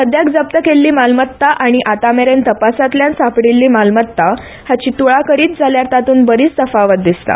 सद्याक जप्त केल्ली मालमत्ता आनी आतामेरेन तपासातल्यान सापडिछ्ठी मालमत्ता हाची तुळा करीत जाल्यार तांतूत बरीच तफावत दिसता